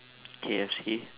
KFC